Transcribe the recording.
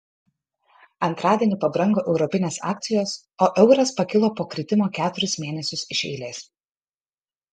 antradienį pabrango europinės akcijos o euras pakilo po kritimo keturis mėnesius iš eilės